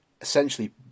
essentially